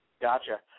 gotcha